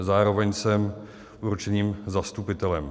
Zároveň jsem určeným zastupitelem.